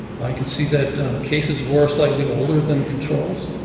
i can see that cases were slightly older than controls.